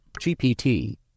GPT